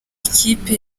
ikipe